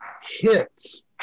hits